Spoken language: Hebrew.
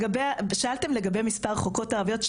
שאלתם לגבי מספר החוקרות הערביות,